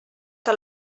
que